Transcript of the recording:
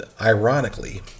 ironically